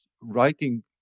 writing